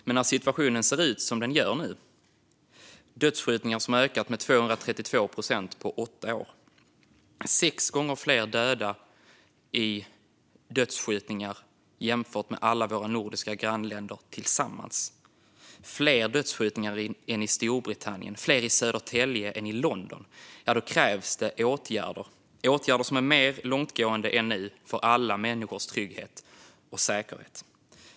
Men när situationen ser ut som den gör nu, med dödsskjutningar som ökat med 232 procent på åtta år, sex gånger fler döda i dödsskjutningar än i alla våra nordiska grannländer tillsammans, fler dödsskjutningar än i Storbritannien och fler i Södertälje än i London, krävs det åtgärder som är mer långtgående än nu för alla människors trygghet och säkerhet.